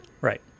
Right